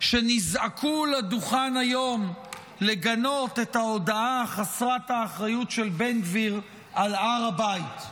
שנזעקו לדוכן היום לגנות את ההודעה חסרת האחריות של בן גביר על הר הבית.